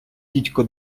дідько